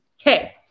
Okay